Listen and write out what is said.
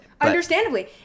Understandably